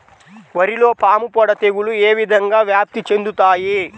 వరిలో పాముపొడ తెగులు ఏ విధంగా వ్యాప్తి చెందుతాయి?